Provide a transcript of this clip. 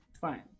Fine